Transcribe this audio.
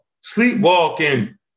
sleepwalking